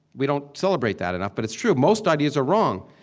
we don't celebrate that enough, but it's true. most ideas are wrong,